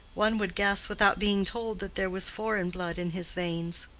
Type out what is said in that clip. one would guess, without being told, that there was foreign blood in his veins.